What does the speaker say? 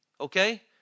Okay